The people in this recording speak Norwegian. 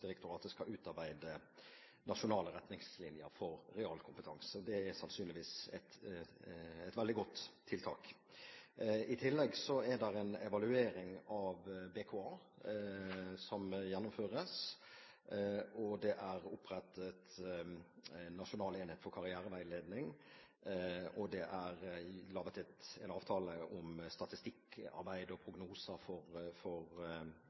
skal utarbeide nasjonale retningslinjer for realkompetanse. Det er sannsynligvis et veldig godt tiltak. I tillegg er det en evaluering av BKA som gjennomføres. Det er opprettet en nasjonal enhet for karriereveiledning, og det er laget en avtale om statistikkarbeid og prognoser for